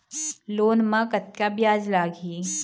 Loan म कतका ब्याज लगही?